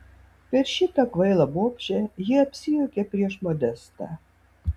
per šitą kvailą bobšę ji apsijuokė prieš modestą